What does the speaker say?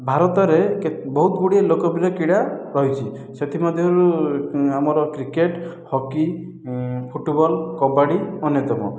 ଭାରତରେ ବହୁତ ଗୁଡ଼ିଏ ଲୋକପ୍ରିୟ କ୍ରୀଡ଼ା ରହିଛି ସେଥିମଧ୍ୟରୁ ଆମର କ୍ରିକେଟ ହକି ଫୁଟବଲ କବାଡ଼ି ଅନ୍ୟତମ